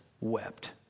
wept